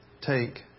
Take